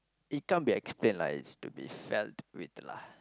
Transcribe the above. it can't be explained lah it's to be felt with lah